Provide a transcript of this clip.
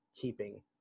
Keeping